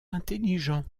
intelligent